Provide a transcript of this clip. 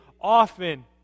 often